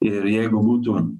ir jeigu būtų